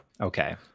okay